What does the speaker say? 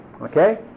okay